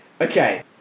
Okay